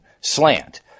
slant